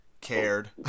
Cared